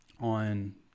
on